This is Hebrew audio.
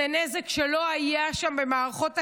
זה נזק שלא היה שם במערכות החינוך,